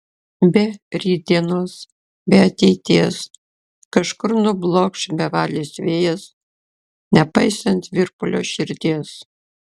be rytdienos be ateities kažkur nublokš bevalis vėjas nepaisant virpulio širdies